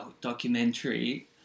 documentary